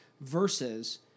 versus